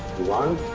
one!